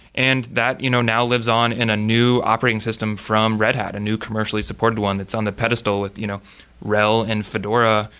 and that you know now lives on in a new operating system from red hat, a new commercially supported one that's on the pedestal with you know rhel and fedora,